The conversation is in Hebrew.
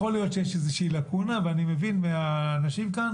יכול להיות שיש איזה שהיא לאקונה ואני מבין מהאנשים כאן